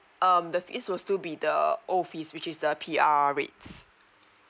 um the fees will still be the old fees which is the P_R rates